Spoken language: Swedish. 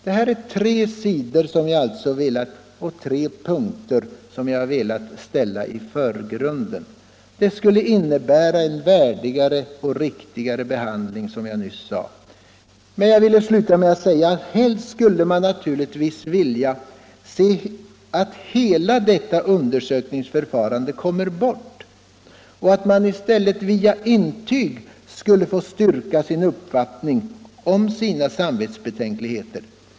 Det är alltså tre punkter som jag har velat ställa i förgrunden för att åstadkomma en värdigare och riktigare behandling. Helst skulle man naturligtvis vilja se att hela detta undersökningsförfarande kom bort och att en sökande i stället med intyg skulle få styrka sin uppfattning om sina samvetsbetänkligheter.